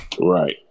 Right